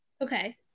okay